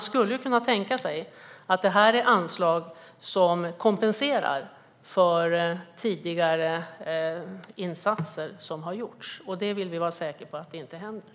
Det kan tänkas att det här är anslag som kompenserar för tidigare insatser. Vi vill vara säkra på att det inte ska hända.